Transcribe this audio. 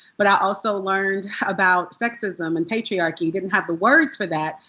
but i also learned about sexism and patriarchy. didn't have the words for that,